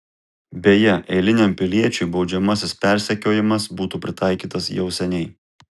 beje eiliniam piliečiui baudžiamasis persekiojimas būtų pritaikytas jau seniai